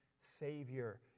Savior